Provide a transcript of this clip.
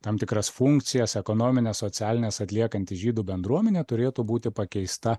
tam tikras funkcijas ekonomines socialines atliekanti žydų bendruomenė turėtų būti pakeista